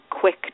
quick